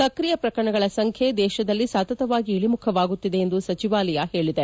ಸಕ್ರಿಯ ಪ್ರಕರಣಗಳ ಸಂಖ್ಯೆ ದೇಶದಲ್ಲಿ ಸತತವಾಗಿ ಇಳಿಮುಖವಾಗುತ್ತಿದೆ ಎಂದು ಸಚಿವಾಲಯ ಹೇಳಿದೆ